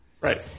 Right